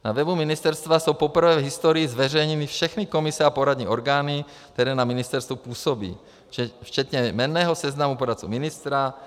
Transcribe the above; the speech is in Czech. Na webu ministerstva jsou poprvé v historii zveřejněny všechny komise a poradní orgány, které na ministerstvu působí, včetně jmenného seznamu poradce ministra.